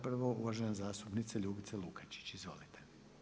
Prvo uvažena zastupnica Ljubica Lukačić, izvolite.